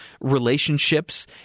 relationships